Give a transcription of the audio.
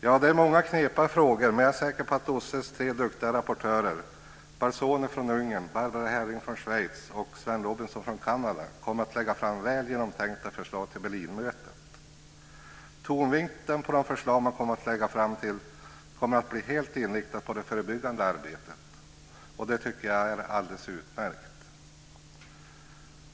Ja, det är många knepiga frågor, men jag är säker på att OSSE:s tre duktiga rapportörer - Barsony från Robinson från Kanada - kommer att lägga fram väl genomtänkta förslag till Berlinmötet. De förslag man kommer att lägga fram kommer att lägga tonvikten på det förebyggande arbetet, och det tycker jag är alldeles utmärkt.